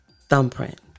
Thumbprint